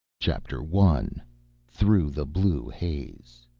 chapter one through the blue haze